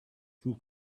two